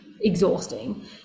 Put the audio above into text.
exhausting